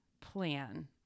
plan